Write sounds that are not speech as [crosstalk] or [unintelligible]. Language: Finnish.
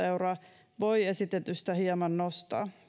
[unintelligible] euroa voi esitetystä hieman nostaa